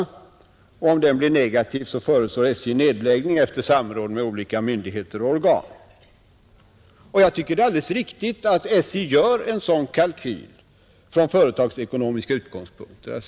Om den blir negativ föreslår SJ nedläggning efter samråd med olika myndigheter och organ. Jag tycker att det är alldeles riktigt att SJ gör en sådan kalkyl från företagsekonomiska utgångspunkter.